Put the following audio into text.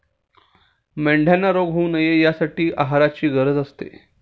मेंढ्यांना रोग होऊ नये यासाठी योग्य आहाराची गरज असते